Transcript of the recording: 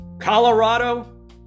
Colorado